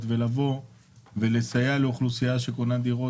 ולבוא ולסייע לאוכלוסייה שקונה דירות.